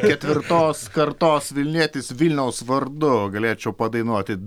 ketvirtos kartos vilnietis vilniaus vardu galėčiau padainuoti